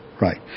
right